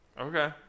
Okay